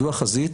זו החזית,